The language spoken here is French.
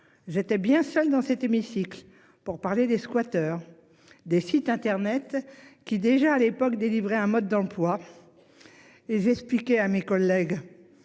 j'étais bien seul dans cet hémicycle pour parler des squatters. Des sites internet qui déjà à l'époque délivrer un mode d'emploi. Et j'expliquais à mes collègues.